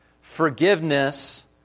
forgiveness